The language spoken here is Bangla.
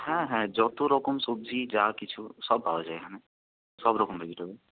হ্যাঁ হ্যাঁ যতো রকম সবজি যা কিছু সব পাওয়া যায় এখানে সব রকম ভেজিটেবল